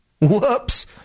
Whoops